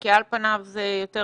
על פניו זה יותר